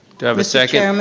do i have a second? um